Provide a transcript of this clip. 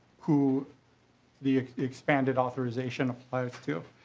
who the expanded authorization applies to.